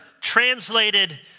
translated